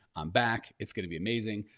i'm back. it's gonna be amazing.